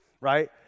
right